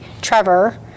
trevor